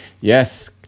yes